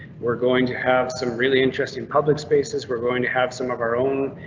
we're going to have some really interesting public spaces. we're going to have some of our own.